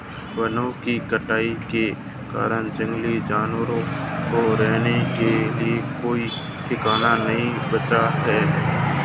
वनों की कटाई के कारण जंगली जानवरों को रहने के लिए कोई ठिकाना नहीं बचा है